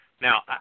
Now